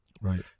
Right